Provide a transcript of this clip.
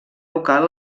local